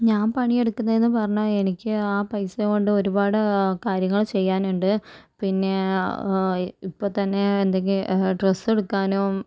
ഞാൻ പണി എടുക്കുന്നതെന്ന് പറഞ്ഞാൽ എനിക്ക് ആ പൈസ കൊണ്ട് ഒരുപാട് കാര്യങ്ങൾ ചെയ്യാനുണ്ട് പിന്നെ ഇപ്പം തന്നെ എന്തെങ്കിലും ഡ്രസ്സ് എടുക്കാനും